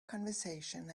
conversation